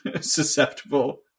susceptible